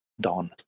Don